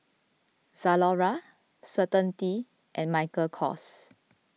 Zalora Certainty and Michael Kors